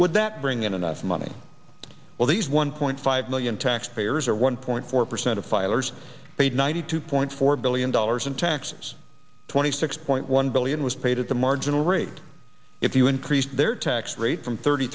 would that bring in enough money well these one point five million taxpayers or one point four percent of filers paid ninety two point four billion dollars in taxes twenty six point one billion was paid at the marginal rate if you increased their tax rate from thirty